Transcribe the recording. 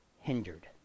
hindered